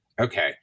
Okay